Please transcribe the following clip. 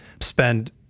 spend